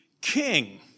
king